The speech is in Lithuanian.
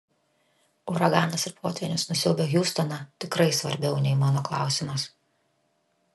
uraganas ir potvynis nusiaubę hjustoną tikrai svarbiau nei mano klausimas